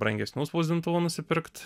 brangesnių spausdintuvų nusipirkt